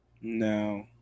No